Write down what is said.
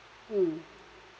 mm